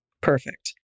Perfect